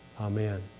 Amen